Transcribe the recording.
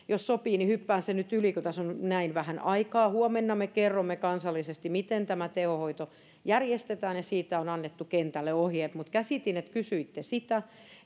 jos sopii niin hyppään sen nyt yli kun tässä on näin vähän aikaa huomenna me kerromme kansallisesti miten tämä tehohoito järjestetään ja siitä on annettu kentälle ohjeet mutta käsitin että kysyitte sitä